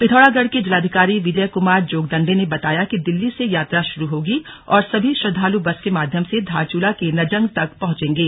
पिथौरागढ़ के जिलाधिकारी विजय कुमार जोगदंडे ने बताया कि दिल्ली से यात्रा शुरू होगी और सभी श्रद्दालु बस के माध्यम से धारचूला के नजंग तक पहुंचेंगे